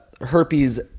herpes